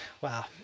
wow